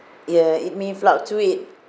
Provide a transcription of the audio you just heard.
ya it may fluctuate